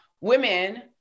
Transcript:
women